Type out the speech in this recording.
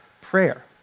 prayer